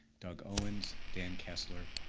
doug owens, dan kessler,